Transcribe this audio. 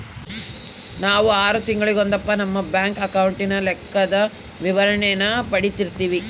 ನಾವು ಆರು ತಿಂಗಳಿಗೊಂದಪ್ಪ ನಮ್ಮ ಬ್ಯಾಂಕ್ ಅಕೌಂಟಿನ ಲೆಕ್ಕದ ವಿವರಣೇನ ಪಡೀತಿರ್ತೀವಿ